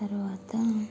తరువాత